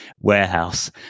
warehouse